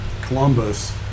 Columbus